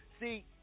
see